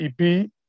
EP